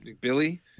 Billy